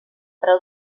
preu